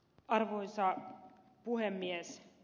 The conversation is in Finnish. arvoisa puhemies